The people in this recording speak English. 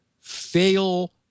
fail